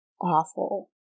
awful